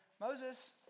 Moses